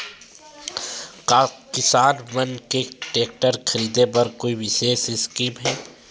का किसान मन के टेक्टर ख़रीदे बर कोई विशेष स्कीम हे?